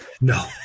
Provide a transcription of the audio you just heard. No